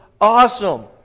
awesome